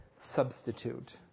substitute